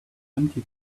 empty